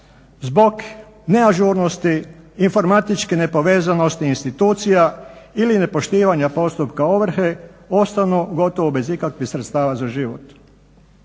zbog neažurnosti, informatičke nepovezanosti institucija ili nepoštivanja postupka ovrhe ostanu gotovo bez ikakvih sredstava za život.